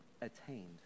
attained